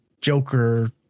Joker